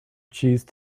cheese